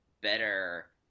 better